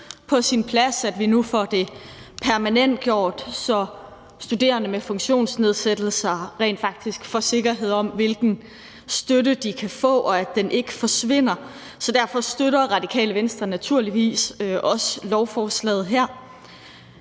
på sin plads, at vi nu får det permanentgjort, så studerende med funktionsnedsættelser rent faktisk får sikkerhed om, hvilken støtte de kan få, og at den ikke forsvinder. Derfor støtter Radikale Venstre naturligvis også lovforslaget her.